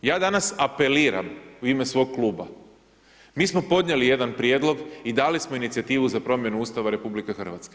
Ja danas apeliram u ime svog kluba, mi smo podnijeli jedan prijedlog i dali smo inicijativu za promjenu Ustava RH.